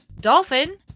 dolphin